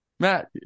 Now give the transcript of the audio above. Matt